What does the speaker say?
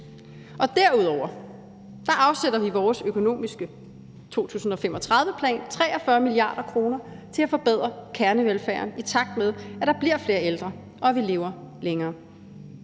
Derudover afsætter vi i vores 2035-plan 43 mia. kr. til at forbedre kernevelfærden, i takt med at der bliver flere ældre og at vi lever længere.